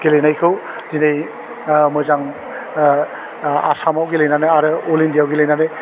गेलेनायखौ दिनै मोजां आसामाव गेलेनानै आरो अल इन्डियाआव गेलेनानै